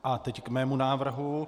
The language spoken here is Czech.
A teď k mému návrhu.